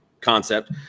concept